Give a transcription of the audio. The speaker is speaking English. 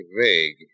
vague